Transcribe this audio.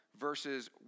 verses